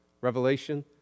Revelation